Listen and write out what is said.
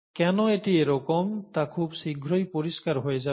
কেন এটি এরকম তা খুব শীঘ্রই পরিষ্কার হয়ে যাবে